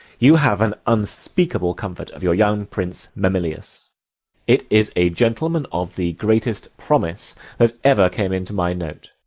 you have an unspeakable comfort of your young prince mamillius it is a gentleman of the greatest promise that ever came into my note.